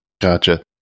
Gotcha